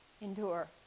endure